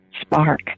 spark